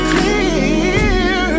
Clear